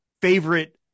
favorite